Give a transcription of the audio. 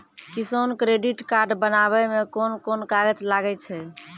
किसान credit card बनाबै मे कोन कोन कागज लागै छै?